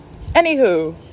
Anywho